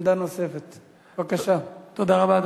תודה רבה.